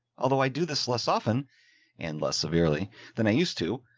although i do this less often and less severely than i used to.